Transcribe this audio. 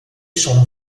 sono